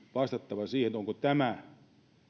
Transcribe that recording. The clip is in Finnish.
vastattava siihen ovatko